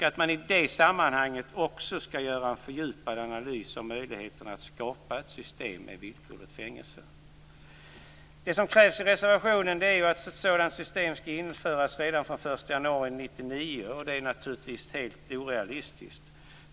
I det sammanhanget bör det också göras en fördjupad analys av möjligheterna att skapa ett system med villkorligt fängelse. Det som krävs i reservationen är att ett sådant system skall införas redan den 1 januari 1999. Det är naturligtvis helt orealistiskt.